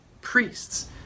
priests